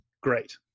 great